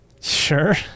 Sure